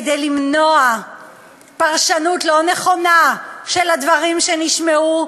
כדי למנוע פרשנות לא נכונה של הדברים שנשמעו,